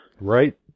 Right